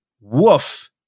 woof